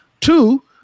Two